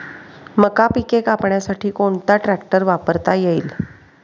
मका पिके कापण्यासाठी कोणता ट्रॅक्टर वापरता येईल?